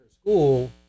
school